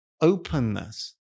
openness